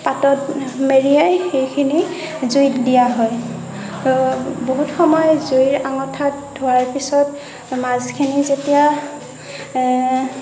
পাতত মেৰিয়াই সেইখিনি জুইত দিয়া হয় আৰু বহুত সময় জুইৰ অঙঠাত থোৱাৰ পিছত মাছখিনি যেতিয়া